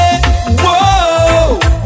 Whoa